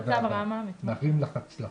מאחלים לך בהצלחה.